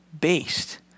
based